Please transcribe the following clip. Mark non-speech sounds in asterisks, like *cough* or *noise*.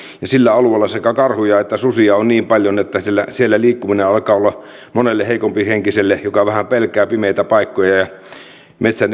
ja sillä alueella sekä karhuja että susia on niin paljon että siellä liikkuminen alkaa olla monelle heikompihenkiselle joka vähän pelkää pimeitä paikkoja ja metsän *unintelligible*